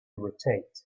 rotate